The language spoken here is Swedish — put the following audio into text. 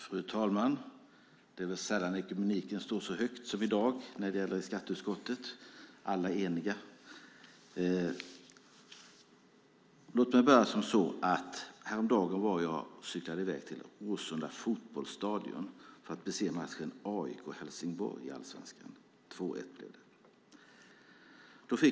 Fru talman! Det är sällan ekumeniken står så högt som i dag när det gäller skatteutskottets utlåtande. Alla är eniga. Häromdagen cyklade jag i väg till Råsunda fotbollsstadion för att se matchen mellan AIK och Helsingborg i Allsvenskan. Det blev 2-1.